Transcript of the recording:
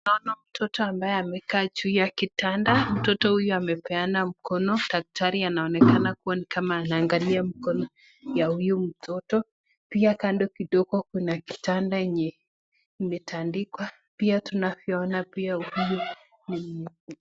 Naona mtoto ambaye amekaa juu ya kitanda, mtoto huyu amepeana mkono daktari anaonekana kuwa kama anangalia mkono ya huyu mtoto, pia kando kuna kitanda yenye imetandikwa pia tunavyoona pia huyu ni.